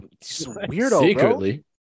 Secretly